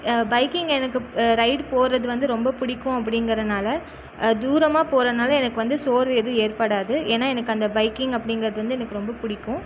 biking எனக்கு ride போகிறது வந்து ரொம்ப பிடிக்கும் அப்டிங்கிறதுனால தூரமாக போறதுனால எனக்கு வந்து சோர்வு எதுவும் ஏற்படாது ஏன்னா எனக்கு அந்த பைக்கிங் அப்படிங்கிறது வந்து எனக்கு ரொம்ப பிடிக்கும்